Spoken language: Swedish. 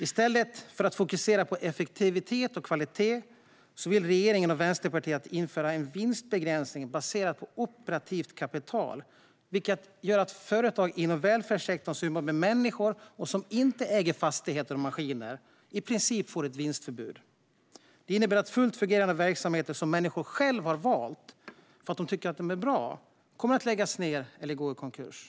I stället för att fokusera på effektivitet och kvalitet vill regeringen och Vänsterpartiet införa en vinstbegränsning baserad på operativt kapital, vilket gör att företag inom välfärdssektorn som jobbar med människor och som inte äger fastigheter och maskiner i princip får ett vinstförbud. Det innebär att fullt fungerande verksamheter som människor själva har valt för att de tycker de är bra kommer att läggas ned eller gå i konkurs.